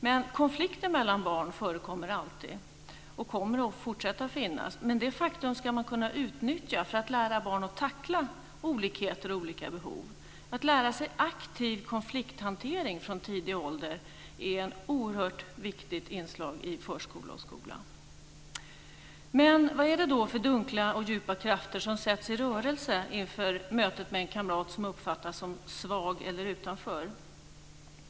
Men konflikter mellan barn förekommer alltid och kommer att fortsätta att finnas. Det är ett faktum som man ska utnyttja för att lära barn att tackla olikheter och olika behov. Att lära sig aktiv konflikthantering från en tidig ålder är ett oerhört viktigt inslag i förskola och skola. Vad är det då för dunkla och djupa krafter som sätts i rörelse inför mötet med en kamrat som uppfattas som svag eller utanför?